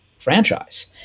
franchise